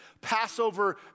Passover